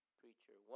preacher